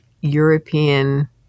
European